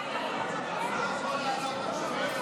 הוא לא יכול לעלות עכשיו.